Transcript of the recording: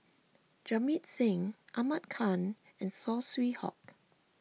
Jamit Singh Ahmad Khan and Saw Swee Hock